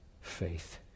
faith